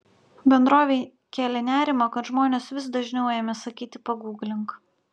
bendrovei kėlė nerimą kad žmonės vis dažniau ėmė sakyti paguglink